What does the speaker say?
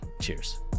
Cheers